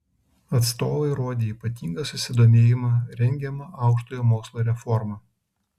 atstovai rodė ypatingą susidomėjimą rengiama aukštojo mokslo reforma